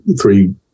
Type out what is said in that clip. three